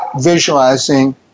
visualizing